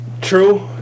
True